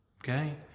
okay